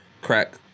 crack